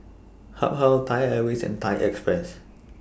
Habhal Thai Airways and Thai Express